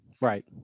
Right